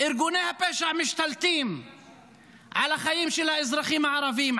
ארגוני הפשע משתלטים על החיים של האזרחים הערבים,